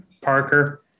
Parker